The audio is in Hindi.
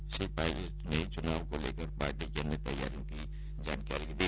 श्री पायलट ने चुनाव को लेकर पार्टी की अन्य तैयारियों की जानकारी दी